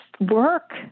work